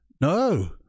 no